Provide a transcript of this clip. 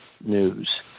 news